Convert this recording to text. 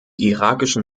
irakischen